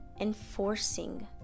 enforcing